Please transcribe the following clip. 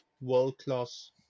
world-class